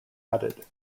added